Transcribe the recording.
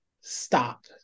stop